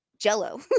jello